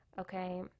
Okay